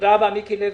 תודה רבה, מיקי לוי.